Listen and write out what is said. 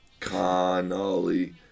Connolly